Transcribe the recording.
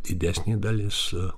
didesnė dalis